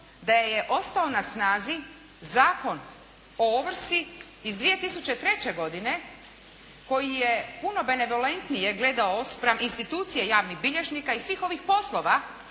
da je ostao na snazi Zakon o ovrsi iz 2003. godine koji je puno benevolentnije gledao spram institucije javnih bilježnika i svih ovih poslova